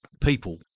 people